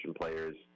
players